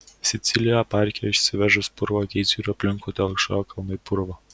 sicilijoje parke išsiveržus purvo geizeriui aplinkui telkšojo klanai purvo